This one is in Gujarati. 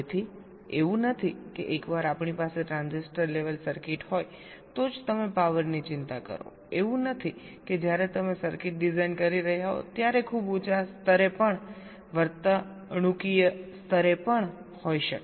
તેથી એવું નથી કે એકવાર આપણી પાસે ટ્રાન્ઝિસ્ટર લેવલ સર્કિટ હોય તો જ તમે પાવરની ચિંતા કરો એવું નથી કે જ્યારે તમે સર્કિટ ડિઝાઇન કરી રહ્યા હોવ ત્યારે ખૂબ ઊંચા સ્તરે પણ વર્તણૂકીય સ્તરે પણ હોઈ શકે